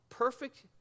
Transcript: perfect